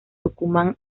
tucumán